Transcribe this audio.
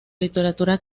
literatura